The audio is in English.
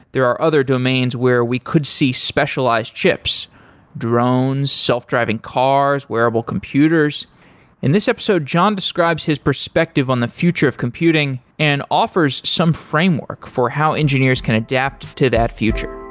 there are other domains where we could see specialized chips drones, self-driving cars, wearable computers in this episode, john describes his perspective on the future of computing and offers some framework for how engineers can adapt to that future